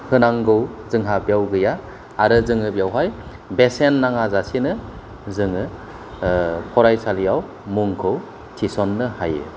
होनांगौ जोंहा बेयाव गैया आरो जोङो बेयावहाय बेसेन नाङा जासेनो जोङो फरायसालियाव मुंखौ थिसननो हायो